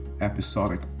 episodic